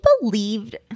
believed